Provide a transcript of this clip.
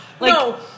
no